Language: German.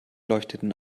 leuchteten